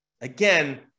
again